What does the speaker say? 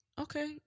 Okay